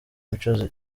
imico